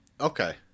Okay